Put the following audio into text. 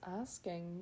asking